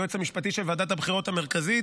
היועץ המשפטי של ועדת הבחירות המרכזית,